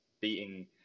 beating